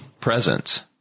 presence